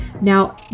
Now